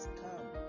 come